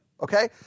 Okay